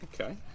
okay